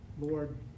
Lord